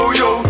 yo